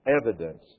Evidence